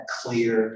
clear